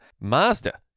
Mazda